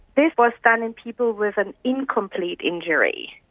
this was done in people with an incomplete injury.